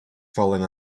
falling